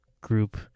group